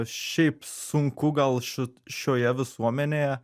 šiaip sunku gal ši šioje visuomenėje